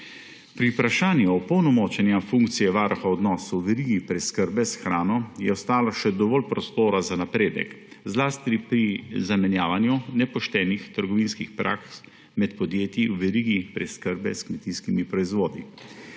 Pri vprašanju opolnomočenja funkcije Varuha odnosov v verigi preskrbe s hrano je ostalo še dovolj prostora za napredek zlasti pri zamejevanju nepoštenih trgovinskih praks med podjetji v verigi preskrbe s kmetijskimi proizvodi.